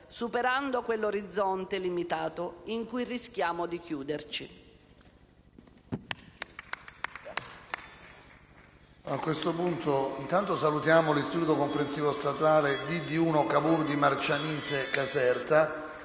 superando quell'orizzonte limitato in cui rischiamo di chiuderci».